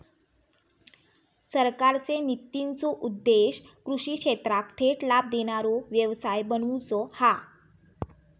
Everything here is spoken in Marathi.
सरकारचे नितींचो उद्देश्य कृषि क्षेत्राक थेट लाभ देणारो व्यवसाय बनवुचा हा